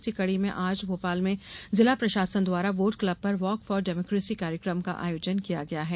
इसी कड़ी में आज भोपाल में जिला प्रशासन द्वारा वोट क्लब पर वॉक फार डेमोकेसी कार्यकम का आयोजन किया गया है